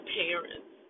parents